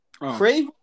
Crave